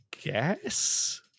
guess